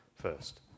first